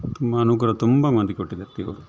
ತುಂಬ ಅನುಗ್ರಹ ತುಂಬ ಮಾಡಿಕೊಟ್ಟಿದೆ ದೇವರು